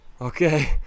Okay